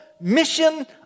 mission